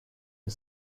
the